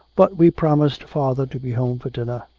but we promised father to be home for dinner.